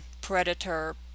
predator